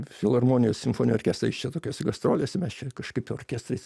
filharmonijos simfoninį orkestrą jis čia tokiose gastrolėse mes čia kažkaip orkestrais